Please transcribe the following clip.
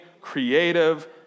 creative